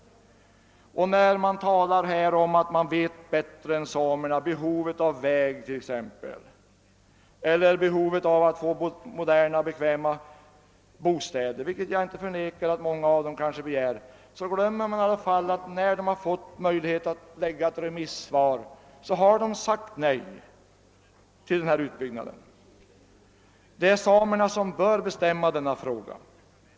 När man här säger att man bättre än samerna själva känner till deras behov av vägar eller moderna och bekväma bostäder — jag bestrider inte att många samer kan ha sådana önskemål — glömmer man i alla fall bort att samerna, när de fått möjlighet att avge ett remissvar, har sagt nej till denna utbyggnad. Det är samerna som bör bestämma i denna fråga.